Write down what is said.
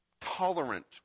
tolerant